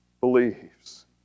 believes